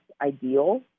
ideal